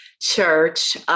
church